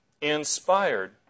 Inspired